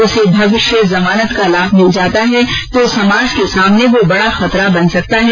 उसे भविष्य जमानत का लाभ मिल जाता है तो समाज के सामने वह बड़ा खतरा बन सकता है